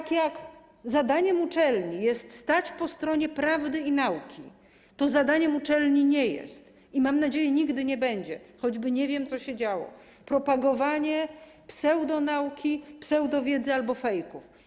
I jak zadaniem uczelni jest stanie po stronie prawdy i nauki, tak zadaniem uczelni nie jest - i, mam nadzieję, nigdy nie będzie, choćby nie wiem, co się działo - propagowanie pseudonauki, pseudowiedzy albo fejków.